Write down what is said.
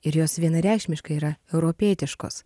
ir jos vienareikšmiškai yra europietiškos